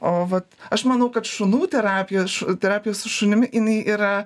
o vat aš manau kad šunų terapijos š terapija su šunimi jinai yra